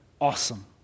awesome